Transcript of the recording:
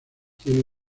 tienen